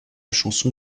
chanson